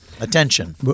Attention